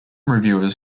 reviewers